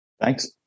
Thanks